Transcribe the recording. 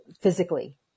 physically